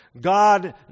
God